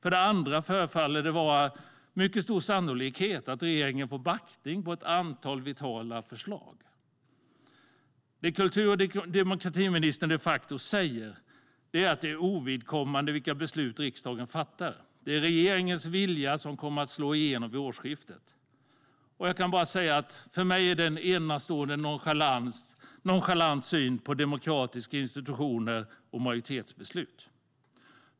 För det andra förefaller det mycket sannolikt att regeringen får backning på ett antal vitala förslag. Det kultur och demokratiministern de facto säger är att det är ovidkommande vilka beslut riksdagen fattar - det är regeringens vilja som kommer att slå igenom vid årsskiftet. Jag kan bara säga att det är en enastående nonchalant syn på demokratiska institutioner och majoritetsbeslut.